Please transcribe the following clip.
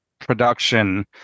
production